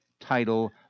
title